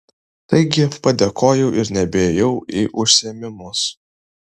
taigi padėkojau ir nebeėjau į užsiėmimus